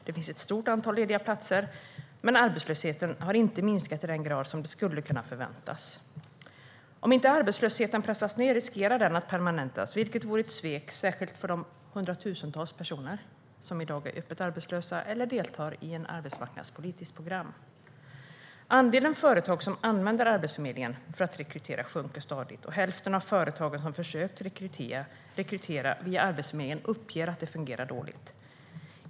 Det finns ett stort antal lediga platser, men arbetslösheten har inte minskat i den grad som skulle kunna förväntas. Om inte arbetslösheten pressas ned finns det risk att den permanentas. Det vore ett svek, särskilt för de hundratusentals personer som i dag är öppet arbetslösa eller deltar i ett arbetsmarknadspolitiskt program. Andelen företag som använder Arbetsförmedlingen för att rekrytera sjunker stadigt, och hälften av företagen som försökt rekrytera via Arbetsförmedlingen uppger att det fungerat dåligt.